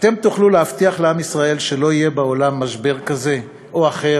אתם תוכלו להבטיח לעם ישראל שלא יהיה בעולם משבר כזה או אחר?